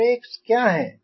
streaks क्या हैं